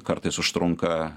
kartais užtrunka